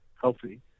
healthy